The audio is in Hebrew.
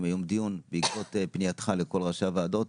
היום דיון בעקבות פנייתך לכל ראשי הוועדות,